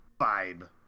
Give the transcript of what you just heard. vibe